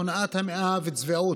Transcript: הונאת המאה וצביעות.